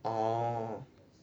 orh